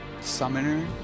Summoner